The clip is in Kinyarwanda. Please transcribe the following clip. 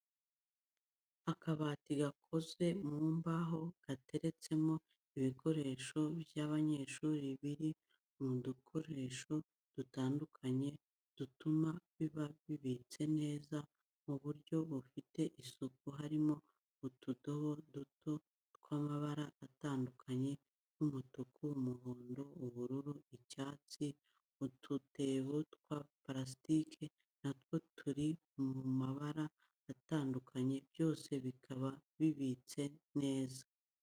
Akabati gakoze mu mbaho gateretsemo ibikoresho by'abanyeshuri biri mu dukoresho dutandukanye dutuma biba bibitse neza mu buryo bufite isuku harimo utudobo duto tw'amabara atandukanye nk'umutuku, umuhondo, ubururu ,icyatsi, udutebo twa parasitiki natwo turi mu mabara atandukanye byose bikaba bibitse neza.